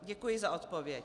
Děkuji za odpověď.